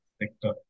sector